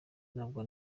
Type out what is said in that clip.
ntabwo